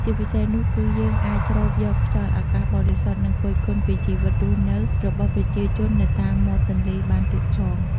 ជាពិសេសនោះគឺយើងអាចស្រូបយកខ្យល់អាកាសបរិសុទ្ធ និងគយគន់ពីជីវិតរស់នៅរបស់ប្រជាជននៅតាមមាត់ទន្លេបានទៀតផង ។